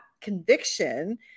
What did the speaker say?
conviction